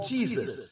Jesus